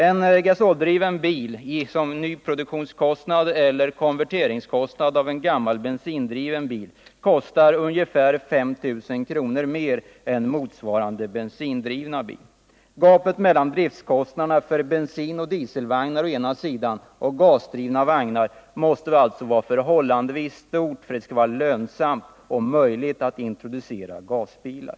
En gasoldriven bil kostar i nyproduktion eller i form av konvertering av en gammal bensindriven bil ungefär 5 000 kr. mer än motsvarande bensindrivna bil. Gapet mellan driftkostnaderna för bensinoch dieselvagnar å ena sidan och gasdrivna vagnar å den andra måste alltså vara förhållandevis stort för att det skall vara lönsamt och möjligt att introducera gasbilar.